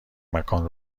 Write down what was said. مکان